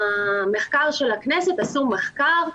מרכז המחקר של הכנסת עשה מחקר,